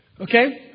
Okay